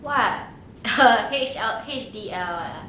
what err H_L~ H_D_L ah